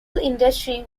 industry